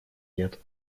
лет